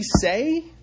say